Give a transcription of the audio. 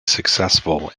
successful